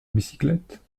bicyclette